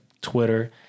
Twitter